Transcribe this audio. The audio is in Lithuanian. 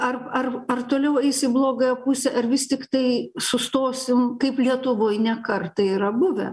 ar ar ar toliau eis į blogąją pusę ar vis tiktai sustosim kaip lietuvoj ne kartą yra buvę